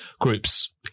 groups